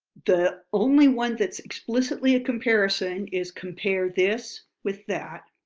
the only one that's explicitly a comparison is compare this with that,